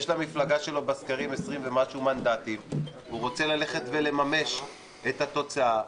יש למפלגה שלו בסקרים 20 ומשהו מנדטים והוא רוצה לממש את התוצאה.